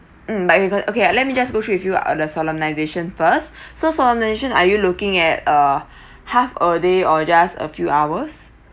mm okay let me just go through with you uh the solemnisation first so solemnisation are you looking at uh half a day or just a few hours